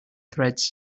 threads